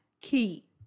key